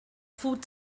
food